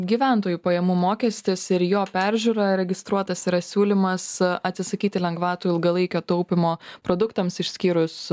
gyventojų pajamų mokestis ir jo peržiūra registruotas yra siūlymas atsisakyti lengvatų ilgalaikio taupymo produktams išskyrus